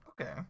okay